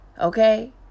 Okay